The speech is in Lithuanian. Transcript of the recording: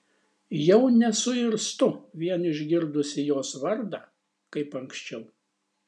jau nesuirztu vien išgirdusi jos vardą kaip anksčiau